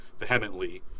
vehemently